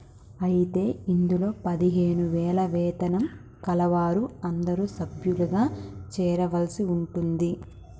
అయితే ఇందులో పదిహేను వేల వేతనం కలవారు అందరూ సభ్యులుగా చేరవలసి ఉంటుంది